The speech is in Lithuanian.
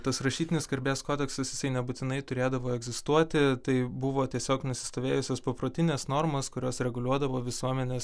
tas rašytinis garbės kodeksas jisai nebūtinai turėdavo egzistuoti tai buvo tiesiog nusistovėjusios paprotinės normos kurios reguliuodavo visuomenės